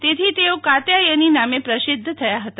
તેથી તેઓ કાત્યાયની નામેપ્રસિદ્ધ થયા હતા